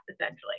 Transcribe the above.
essentially